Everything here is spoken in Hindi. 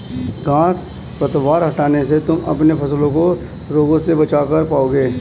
घांस पतवार हटाने से तुम अपने फसलों का रोगों से बचाव कर पाओगे